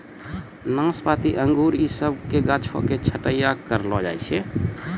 नाशपाती अंगूर इ सभ के गाछो के छट्टैय्या करलो जाय छै